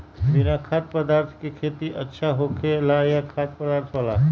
बिना खाद्य पदार्थ के खेती अच्छा होखेला या खाद्य पदार्थ वाला?